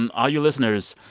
and all you listeners,